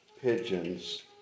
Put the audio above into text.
pigeons